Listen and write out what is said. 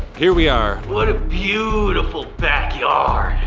here we are. what a beautiful backyard.